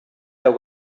der